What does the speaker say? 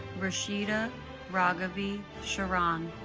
rishita raagavi sharan